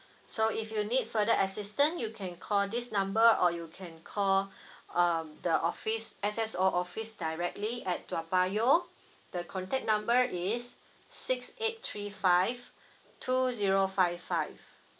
so if you need further assistance you can call this number or you can call um the office S_S_O office directly at toa payoh the contact number is six eight three five two zero five five